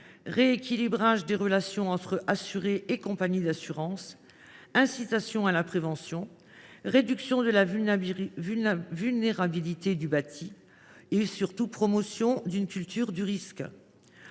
rééquilibrage des relations entre assurés et compagnies d’assurances, incitation à la prévention, réduction de la vulnérabilité du bâti et, surtout, promotion d’une culture du risque.